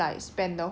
读完那个书